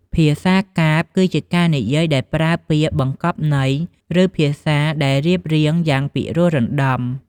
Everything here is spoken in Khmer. ភាសាកាព្យ គឺជាការនិយាយដោយប្រើពាក្យបង្កប់ន័យ ឬភាសាដែលរៀបរៀងយ៉ាងពិរោះរណ្ដំ។